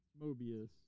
Mobius